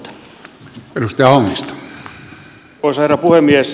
arvoisa herra puhemies